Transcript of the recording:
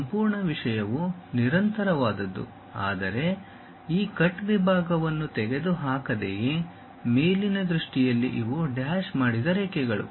ಈ ಸಂಪೂರ್ಣ ವಿಷಯವು ನಿರಂತರವಾದದ್ದು ಆದರೆ ಆ ಕಟ್ ವಿಭಾಗವನ್ನು ತೆಗೆದುಹಾಕದೆಯೇ ಮೇಲಿನ ದೃಷ್ಟಿಯಲ್ಲಿ ಇವು ಡ್ಯಾಶ್ ಮಾಡಿದ ರೇಖೆಗಳು